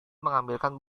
mengembalikan